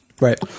Right